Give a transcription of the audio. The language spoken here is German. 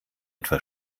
etwa